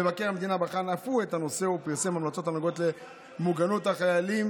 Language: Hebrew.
מבקר המדינה בחן אף הוא את הנושא ופרסם המלצות הנוגעות למוגנות החיילים